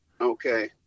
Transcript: Okay